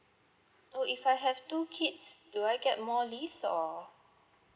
oh if I have two kids do I get more leaves or